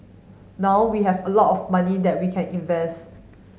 now we have a lot of money that we can invest